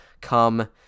come